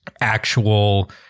actual